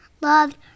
loved